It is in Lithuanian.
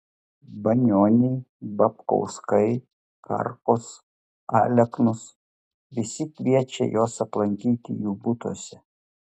banioniai babkauskai karkos aleknos visi kviečia juos aplankyti jų butuose